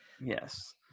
Yes